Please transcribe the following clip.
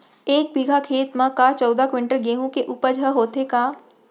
एक बीघा खेत म का चौदह क्विंटल गेहूँ के उपज ह होथे का?